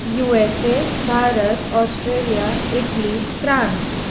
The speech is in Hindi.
you S A Bharat Australia Italy France